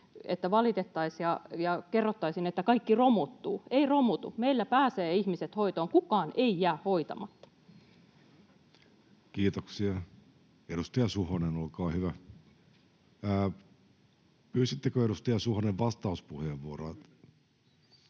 että valitettaisiin ja kerrottaisiin, että kaikki romuttuu. Ei romutu. Meillä pääsevät ihmiset hoitoon, kukaan ei jää hoitamatta. Kiitoksia. — Edustaja Suhonen, olkaa hyvä. — Pyysittekö, edustaja Suhonen, vastauspuheenvuoron?